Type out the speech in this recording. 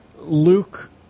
Luke